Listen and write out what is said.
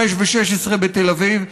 5 ו-16 בתל אביב,